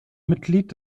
mitglied